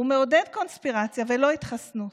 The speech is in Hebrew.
הוא אפילו מעודד קונספירציה ולא התחסנות.